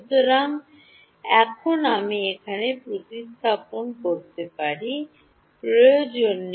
সুতরাং এখন আমি এখানে প্রতিস্থাপন করতে পারব প্রয়োজন নেই